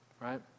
right